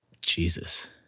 Jesus